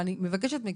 אבל אני מבקשת מכם,